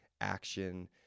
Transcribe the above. action